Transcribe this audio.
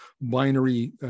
binary